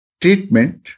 treatment